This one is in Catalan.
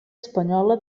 espanyola